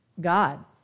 God